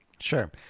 Sure